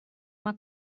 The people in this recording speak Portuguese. uma